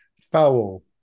foul